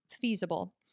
feasible